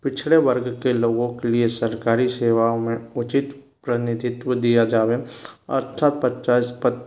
पिछड़े वर्ग के लोगों के लिये सरकारी सेवाओं में उचित प्रनिधित्व दिया जावे